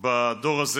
בדור הזה.